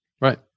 Right